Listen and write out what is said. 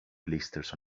blisters